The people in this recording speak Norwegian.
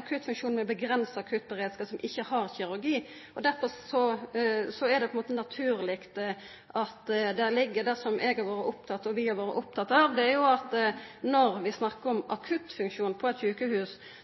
akuttfunksjon med avgrensa akuttberedskap, men som ikkje har kirurgi. Derfor er det naturleg – det har eg vore oppteken av, og det har vi vore opptekne av – at når vi snakkar om akuttfunksjonen på eit sjukehus,